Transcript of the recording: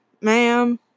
ma'am